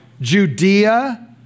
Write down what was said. Judea